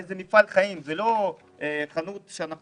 הרי זה מפעל חיים, זאת לא חנות להשכרה.